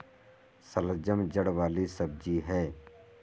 शलजम जड़ वाली सब्जी है